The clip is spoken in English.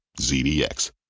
ZDX